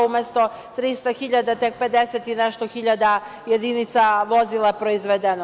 Umesto 300.000, tek 50 i nešto hiljada jedinica vozila je proizvedeno.